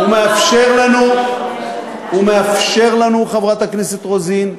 הוא מאפשר לנו, הוא מאפשר לנו, חברת הכנסת רוזין,